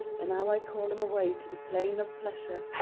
and now i call him away to the plain of pleasure,